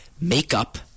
Makeup